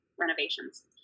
renovations